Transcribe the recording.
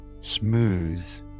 smooth